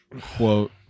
quote